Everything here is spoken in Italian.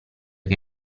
che